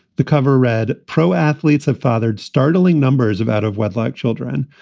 the cover read, pro athletes have fathered startling numbers of out of wedlock children.